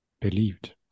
believed